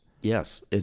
yes